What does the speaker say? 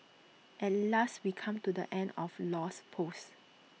at last we come to the end of Low's post